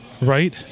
Right